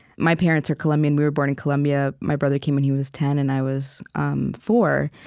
my parents are colombian we were born in colombia. my brother came when he was ten, and i was um four.